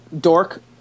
dork